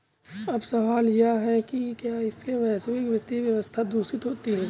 अब सवाल यह है कि क्या इससे वैश्विक वित्तीय व्यवस्था दूषित होती है